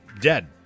dead